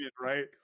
right